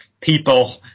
people